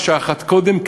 ויפה שעה אחת קודם,